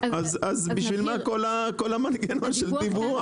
אז בשביל מה כל המנגנון של הדיווח?